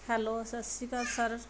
hello ਸਤਿ ਸ਼੍ਰੀ ਅਕਾਲ ਸਰ